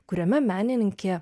kuriame menininkė